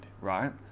right